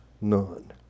none